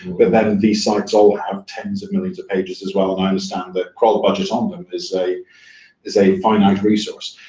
but then these sites all have tens of millions of pages as well. and i understand the crawl budget on them is a is a finite resource.